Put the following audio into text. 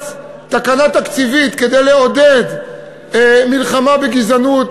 תקנה תקציבית כדי לעודד מלחמה בגזענות,